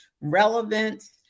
relevance